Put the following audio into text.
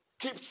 Keep